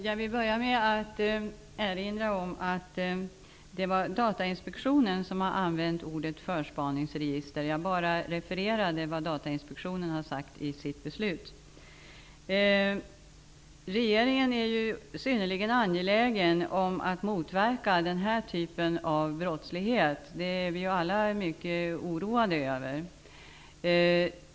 Herr talman! Först vill jag erinra om att det är Datainspektionen som har använt ordet förspaningsregister. Jag har bara refererat vad Datainspektionen säger i sitt beslut. Regeringen är synnerligen angelägen om att motverka den här typen av brottslighet, vilken vi alla ju är mycket oroade över.